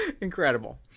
Incredible